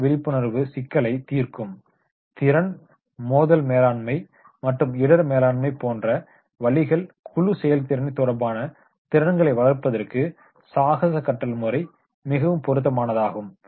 சுய விழிப்புணர்வு சிக்கலைத் தீர்க்கும் திறன் மோதல் மேலாண்மை மற்றும் இடர் மேலாண்மை போன்ற வழிகள் குழு செயல்திறன் தொடர்பான திறன்களை வளர்ப்பதற்கு சாகச கற்றல் முறை மிகவும் பொருத்தமானதாகும்